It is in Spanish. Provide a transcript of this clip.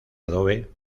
adobe